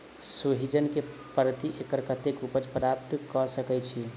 सोहिजन केँ प्रति एकड़ कतेक उपज प्राप्त कऽ सकै छी?